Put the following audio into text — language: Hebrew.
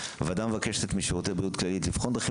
הוועדה מבקשת משירותי בריאות כללית לבחון דרכים